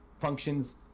functions